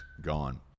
gone